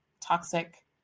toxic